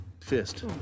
fist